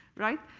right?